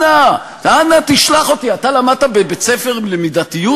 אנא, תשלח אותי, אתה למדת בבית-ספר למידתיות?